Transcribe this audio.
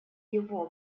его